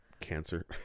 Cancer